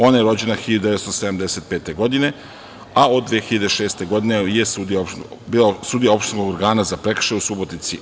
Ona je rođena 1975. godine, a od 2006. godine je bila sudija Opštinskog organa za prekršaje u Subotici.